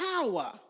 power